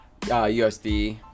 usd